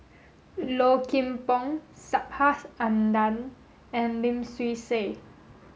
Low Kim Pong Subhas Anandan and Lim Swee Say